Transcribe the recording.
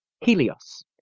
Helios